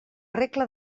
regla